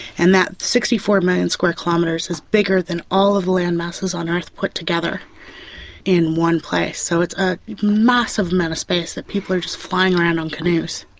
and that sixty four million square kilometres is bigger than all of the land masses on earth put together in one place, so it's a massive amount of space that people are just flying around on canoes.